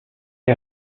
est